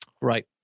Right